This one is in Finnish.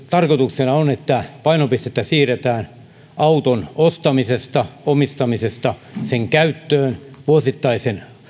tarkoituksena on että painopistettä siirretään auton ostamisesta ja omistamisesta sen käyttöön vuosittaisen